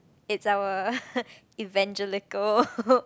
it's our evangelical